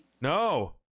No